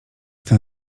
ten